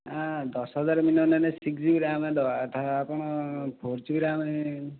ଦଶହଜାର ମିନିମମ ନେଲେ six G B RAM ଦେବାକଥା ଆପଣ ଫୋର ଜି ରାମ